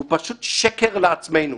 זה פשוט שקר לעצמנו.